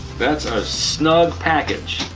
that's a snug package